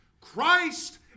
Christ